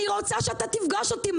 אני רוצה שאתה תפגוש אותי,